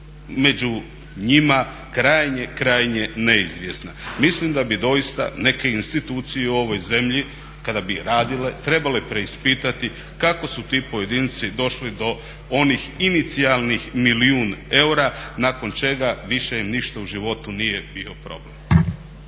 među njima krajnje, krajnje neizvjesna. Mislim da bi doista neke institucije u ovoj zemlji kada bi radile trebale preispitati kako su ti pojedinci došli do onih inicijalnih milijun eura nakon čega više ništa im u životu nije bio problem.